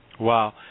Wow